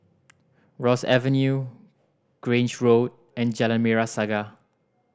Ross Avenue Grange Road and Jalan Merah Saga